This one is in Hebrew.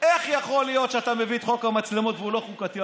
איך יכול להיות שאתה מביא את חוק המצלמות והוא לא חוקתי,